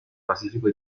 pacífico